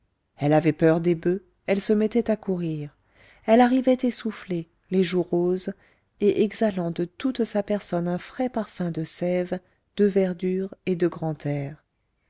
elle avait peur des boeufs elle se mettait à courir elle arrivait essoufflée les joues roses et exhalant de toute sa personne un frais parfum de sève de verdure et de grand air